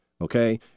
Okay